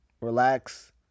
Relax